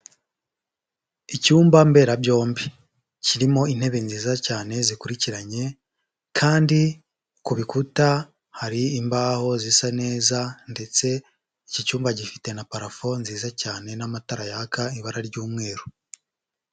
Icyumba mberabyombi kirimo intebe nziza cyane zikurikiranye kandi ku bikuta hari imbaho zisa neza ndetse iki cyumba gifite na parafo nziza cyane n'amatara yaka ibara ry'umweru.